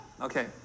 Okay